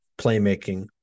playmaking